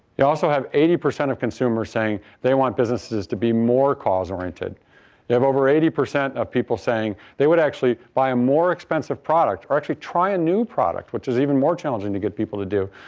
we also had eighty percent of consumers saying they want businesses to be more cause-oriented. we have over eighty percent of people saying they would actually buy a more expensive product or actually try a new product, which is even more challenging to get people to do,